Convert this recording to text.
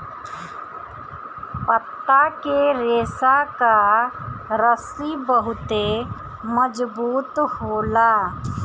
पत्ता के रेशा कअ रस्सी बहुते मजबूत होला